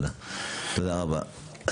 תודה רבה.